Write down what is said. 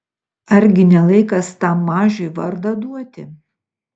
argi ne laikas tam mažiui vardą duoti